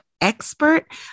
expert